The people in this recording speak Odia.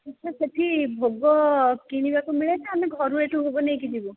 ହଁ ସେଠି ଭୋଗ କିଣିବାକୁ ମିଳେ ନା ଆମେ ଘରୁ ଏଠୁ ଭୋଗ ନେଇକି ଯିବୁ